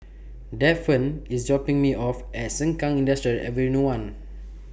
Daphne IS dropping Me off At Sengkang Industrial Ave one